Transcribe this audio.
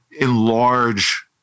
enlarge